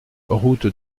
route